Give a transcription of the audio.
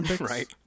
Right